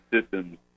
systems